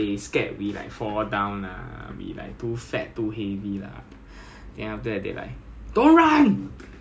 we cannot run lah but me being a smaller one in the obese batch cause I lost I think like five to eight K_G before I go in